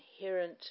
inherent